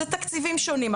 זה תקציבים שונים.